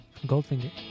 Goldfinger